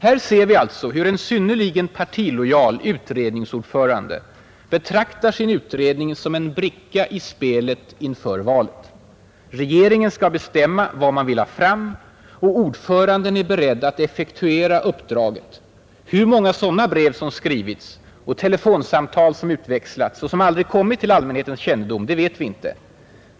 Här ser vi alltså hur en synnerligen partilojal utredningsordförande betraktar sin utredning som en bricka i spelet inför valet. Regeringen skall bestämma vad man vill ha fram och ordföranden är beredd att effektuera uppdraget. Hur många sådana brev som skrivits och telefonsamtal som utväxlats och som aldrig kommit till allmänhetens kännedom vet vi inte.